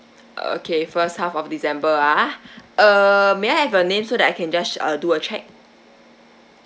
okay first half of december ah uh may I have a name so that I can just uh do a check